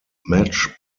match